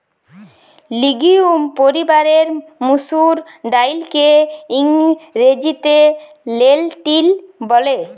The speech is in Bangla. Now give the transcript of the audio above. লিগিউম পরিবারের মসুর ডাইলকে ইংরেজিতে লেলটিল ব্যলে